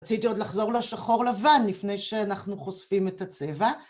רציתי עוד לחזור לשחור לבן לפני שאנחנו חושפים את הצבע.